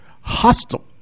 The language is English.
Hostile